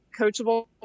coachable